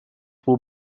will